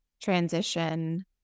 transition